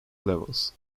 levels